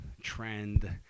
trend